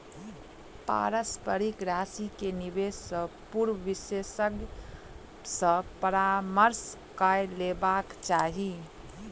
पारस्परिक राशि के निवेश से पूर्व विशेषज्ञ सॅ परामर्श कअ लेबाक चाही